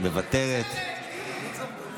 אינו נוכח,